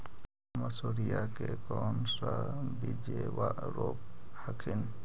मसुरिया के कौन सा बिजबा रोप हखिन?